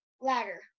ladder